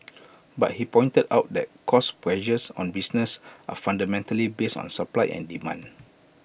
but he pointed out that cost pressures on businesses are fundamentally based on supply and demand